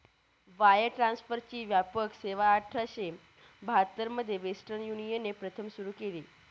wire ट्रान्सफरची व्यापक सेवाआठराशे बहात्तर मध्ये वेस्टर्न युनियनने प्रथम सुरू केली